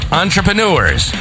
entrepreneurs